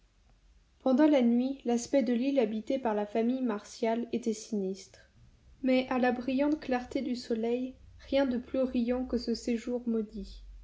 pendant la nuit l'aspect de l'île habitée par la famille martial était sinistre mais à la brillante clarté du soleil rien de plus riant que ce séjour maudit